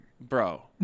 bro